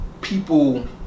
people